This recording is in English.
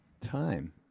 Time